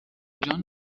کجان